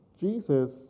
Jesus